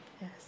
yes